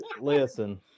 Listen